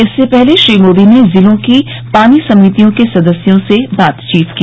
इससे पहले श्री मोदी ने जिलों की पानी समितियों के सदस्यों से बातचीत की